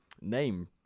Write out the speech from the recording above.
name